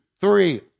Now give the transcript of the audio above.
three